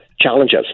challenges